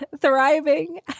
thriving